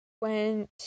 went